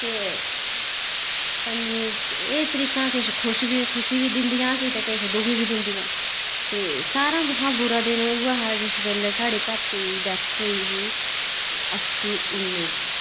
ते पंजमी ऐ तरीकां कुछ ते खुशियां बी दिंदियां आसेंगी ते किश दुख बी दिंदियां ते सारे कशा बुरा दिन उऐ हा जिस बेल्लै साढ़े पापा दी डैथ होई ही अस्सु उन्नी गी